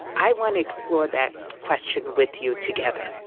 i want to explore that question with you together.